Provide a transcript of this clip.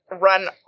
run